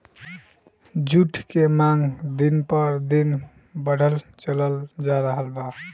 जुट के मांग दिन प दिन बढ़ल चलल जा रहल बा